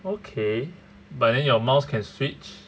okay but then your mouse can switch